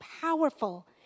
powerful